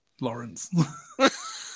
Lawrence